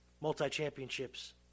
multi-championships